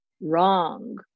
wrong